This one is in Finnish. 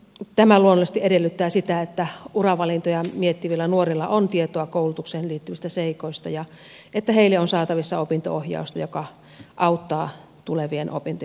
tämä luonnollisesti edellyttää sitä että uravalintoja miettivillä nuorilla on tietoa koulutukseen liittyvistä seikoista ja että heille on saatavissa opinto ohjausta joka auttaa tulevien opintojen valintaa